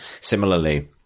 Similarly